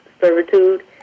servitude